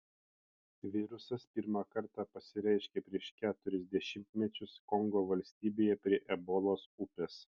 virusas pirmą kartą pasireiškė prieš keturis dešimtmečius kongo valstybėje prie ebolos upės